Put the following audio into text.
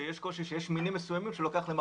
שיש קושי שיש מינים מסוימים שלוקח להם